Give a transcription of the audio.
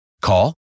Call